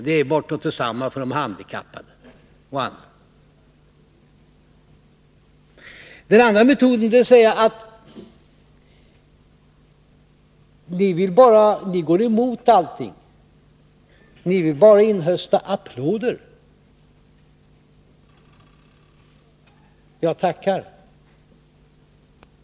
Det är ungefär detsamma för de handikappade och andra. Den andra metoden är att säga: Ni går emot allting, ni vill bara inhösta applåder. Jag tackar.